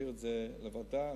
להעביר את הנושא לוועדה.